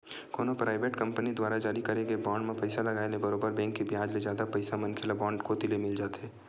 कोनो private company दुवारा जारी करे बांड म पइसा लगाय ले बरोबर बेंक के बियाज ले जादा पइसा मनखे ल बांड कोती ले मिल जाथे